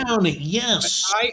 yes